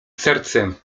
sercem